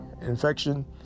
infection